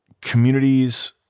communities